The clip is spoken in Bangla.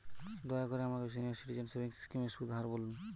দয়া করে আমাকে সিনিয়র সিটিজেন সেভিংস স্কিমের সুদের হার বলুন